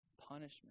punishment